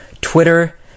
Twitter